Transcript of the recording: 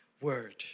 Word